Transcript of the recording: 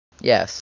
yes